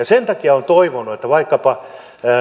sen takia olen toivonut että vaikkapa